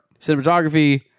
cinematography